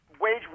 wage